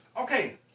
Okay